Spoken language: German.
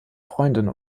freundin